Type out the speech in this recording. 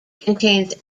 contains